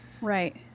Right